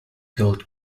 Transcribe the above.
gold